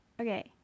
Okay